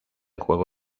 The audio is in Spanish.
juego